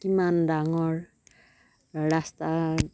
কিমান ডাঙৰ ৰাস্তা